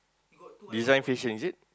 design fishing is it